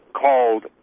called